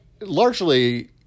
largely